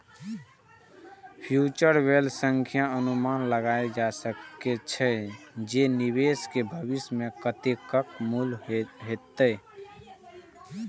future value सं ई अनुमान लगाएल जा सकै छै, जे निवेश के भविष्य मे कतेक मूल्य हेतै